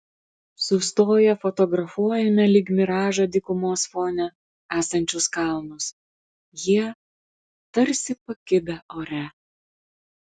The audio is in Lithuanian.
sustoję fotografuojame lyg miražą dykumos fone esančius kalnus jie tarsi pakibę ore